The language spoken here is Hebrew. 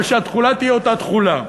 אבל שהתכולה תהיה אותה תכולה.